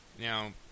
now